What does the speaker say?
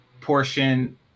portion